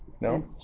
No